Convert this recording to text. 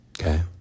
Okay